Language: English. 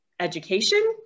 education